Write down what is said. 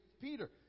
Peter